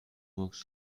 walked